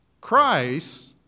Christ